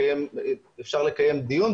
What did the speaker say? אפשר לקיים דיון,